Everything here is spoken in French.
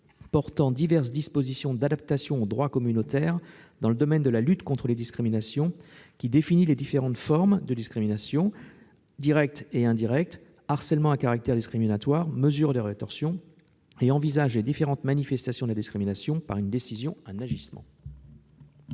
portant diverses dispositions d'adaptation au droit communautaire dans le domaine de la lutte contre les discriminations, qui définit les différentes formes de discrimination- discrimination directe et indirecte, harcèlement à caractère discriminatoire, mesures de rétorsion -et envisage les différentes manifestations de la discrimination par une décision, un agissement.